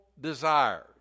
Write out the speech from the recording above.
desires